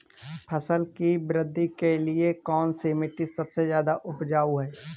फसल की वृद्धि के लिए कौनसी मिट्टी सबसे ज्यादा उपजाऊ है?